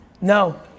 no